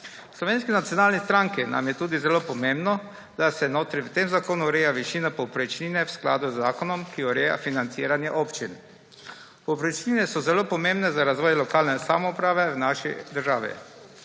V Slovenski nacionalni stranki nam je tudi zelo pomembno, da se v tem zakonu ureja višina povprečnine v skladu z zakonom, ki ureja financiranje občin. Povprečnine so zelo pomembne za razvoj lokalne samouprave v naši državi.